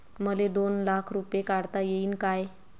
मले दोन लाख रूपे काढता येईन काय?